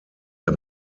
der